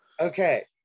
okay